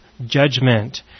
judgment